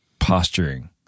posturing